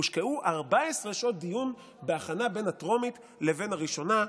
הושקעו 14 שעות דיון בהכנה בין הטרומית לבין הראשונה,